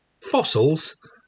fossils